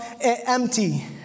empty